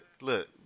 look